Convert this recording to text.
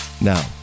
Now